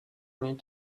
need